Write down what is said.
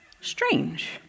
Strange